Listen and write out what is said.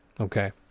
Okay